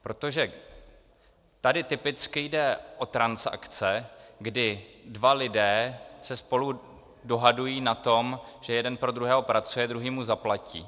Protože tady typicky jde o transakce, kdy dva lidé se spolu dohadují na tom, že jeden pro druhého pracuje, druhý mu zaplatí.